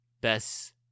best